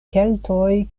keltoj